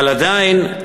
אבל עדיין,